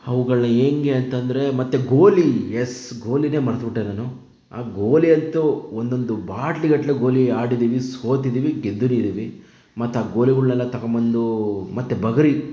ಅವುಗಳನ್ನ ಹೇಗೆ ಅಂತಂದರೆ ಮತ್ತು ಗೋಲಿ ಯಸ್ ಗೋಲಿನೇ ಮರ್ತುಬಿಟ್ಟೆ ನಾನು ಆ ಗೋಲಿಯಂತೂ ಒಂದೊಂದು ಬಾಟ್ಲಿಗಟ್ಟಲೆ ಗೋಲಿ ಆಡಿದ್ದೀವಿ ಸೋತಿದ್ದೀವಿ ಗೆದ್ದಿದ್ದೀವಿ ಮತ್ತು ಆ ಗೋಲಿಗಳನ್ನೆಲ್ಲ ತಕೊಂಬಂದು ಮತ್ತು ಬುಗುರಿ